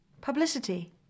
Publicity